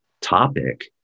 topic